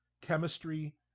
chemistry